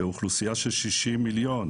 מתוך אוכלוסייה של 60 מיליון.